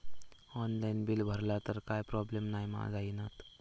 Online bill भरला तर काय प्रोब्लेम नाय मा जाईनत?